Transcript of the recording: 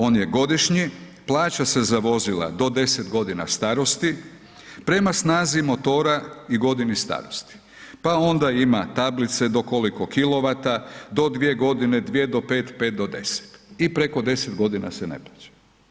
On je godišnji, plaća se za vozila do 10 g. starosti prema snazi motora i godini starosti pa onda ima tablice do koliko kilovata, do 2 g., 2 do 5, 5 do 10 i preko 10 g. se ne plaća.